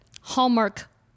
Hallmark